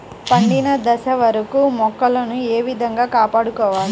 పండిన దశ వరకు మొక్కలను ఏ విధంగా కాపాడుకోవాలి?